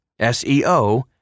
SEO